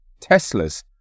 Teslas